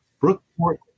brookport